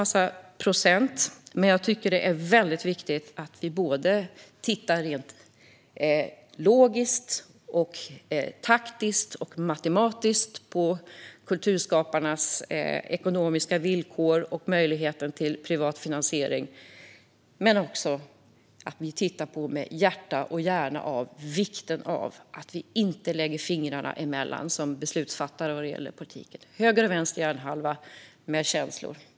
Jag tycker att det är väldigt viktigt att vi ser logiskt, taktiskt och matematiskt på kulturskaparnas ekonomiska villkor och möjligheter till privat finansiering. Vi måste också med hjärta och hjärna se vikten av att vi som beslutsfattare inte lägger fingrarna emellan. Höger och vänster hjärnhalva måste mötas, med känslor.